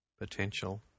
Potential